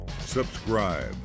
Subscribe